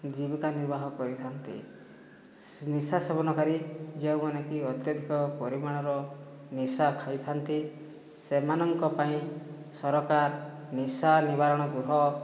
ଜୀବିକା ନିର୍ବାହ କରିଥାନ୍ତି ନିଶା ସେବନକାରୀ ଯେଉଁମାନେକି ଅତ୍ୟଧିକ ପରିମାଣର ନିଶା ଖାଇଥାନ୍ତି ସେମାନଙ୍କ ପାଇଁ ସରକାର ନିଶା ନିବାରଣ ଗୃହ